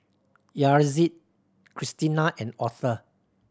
Yaretzi Cristina and Otha